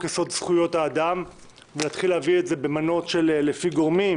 יסוד: זכויות האדם ולהתחיל להביא את זה במנות לפי גורמים